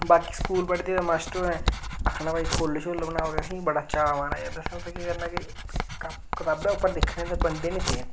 बाकी स्कूल पढ़दे हे मास्टर होरें आक्खना भाई फुल्ल शुल्ल बनाओ ते असेंगी बड़ा चाऽ औना ते असें उत्थै केह् करना कि कापी कताबैं उप्पर दिक्खने हे पर बनदे नीं हे